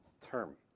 term